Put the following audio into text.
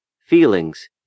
feelings